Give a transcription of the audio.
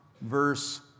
verse